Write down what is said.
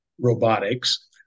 robotics